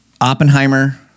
Oppenheimer